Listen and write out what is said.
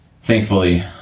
thankfully